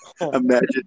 Imagine